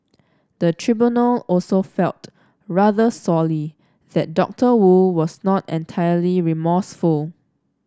the tribunal also felt rather sorely that Doctor Wu was not entirely remorseful